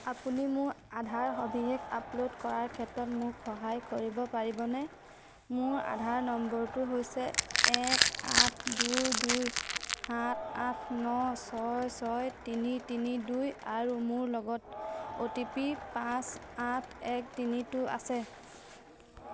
আপুনি মোৰ আধাৰৰ সবিশেষ আপলোড কৰাৰ ক্ষেত্ৰত মোক সহায় কৰিব পাৰিবনে মোৰ আধাৰ নম্বৰটো হৈছে এক আঠ দুই দুই সাত আঠ ন ছয় ছয় তিনি তিনি দুই আৰু মোৰ লগত অ' টি পি পাঁচ আঠ এক তিনিটো আছে